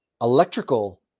electrical